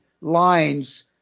lines